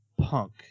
punk